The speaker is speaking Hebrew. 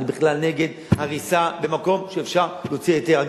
אני בכלל נגד הריסה במקום שאפשר להוציא היתר.